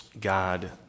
God